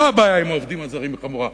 לא הבעיה עם העובדים הזרים חמורה,